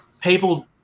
people